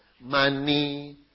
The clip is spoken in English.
Money